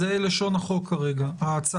זאת לשון ההצעה כרגע.